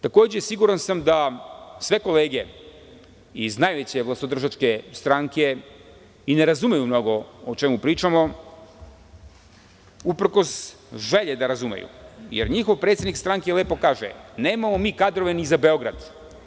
Takođe, siguran sam da sve kolege iz najveće vlastodržačke stranke, ne razumeju mnogo o čemu pričamo uprkos želje da razumeju, jer njihov predsednik stranke lepo kaže - nemamo mi kadrove ni za Beograd.